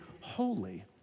holy